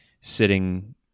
sitting